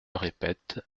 répète